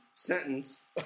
sentence